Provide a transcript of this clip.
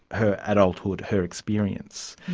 her adulthood, her experience.